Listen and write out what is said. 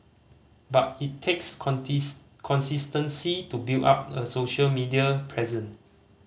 but it takes consistency to build up a social media presence